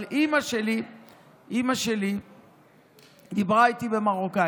אבל אימא שלי דיברה איתי במרוקאית,